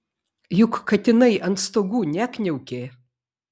juk katinai ant stogų nekniaukė